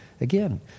again